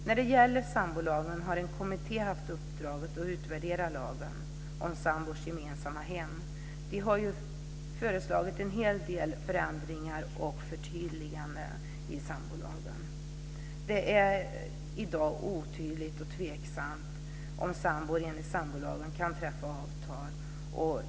När det gäller sambolagen har en kommitté haft uppdraget att utvärdera lagen om sambors gemensamma hem. Kommittén har föreslagit en hel del förändringar och förtydliganden i sambolagen. Det är i dag otydligt och tveksamt om sambor enligt sambolagen kan träffa avtal.